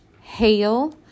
Hail